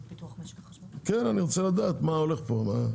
אני רוצה לדעת מה קורה פה.